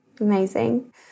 Amazing